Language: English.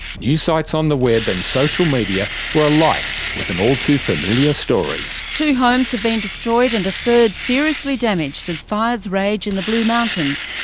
news sites on the web and social media were alight with an all too familiar story. two homes have been destroyed and a third seriously damaged as fires rage in the blue mountains.